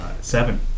Seven